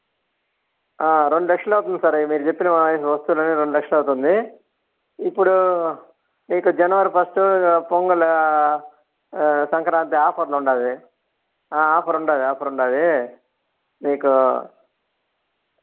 రెండు లక్షలు అవుతుంది సార్ మీరు చెప్పిన వస్తువులు అన్నీ రెండు లక్షల అవుతుంది ఇప్పుడు మీకు జనవరి ఫస్ట్ పొంగల్ సంక్రాంతి ఆఫర్లు ఉంది ఆఫర్ ఉంది ఆఫర్ ఉంది మీకు